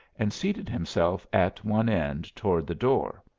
and seated himself at one end toward the door.